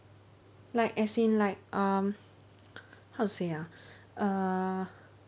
like as in like um how to say ah err